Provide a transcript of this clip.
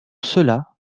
cela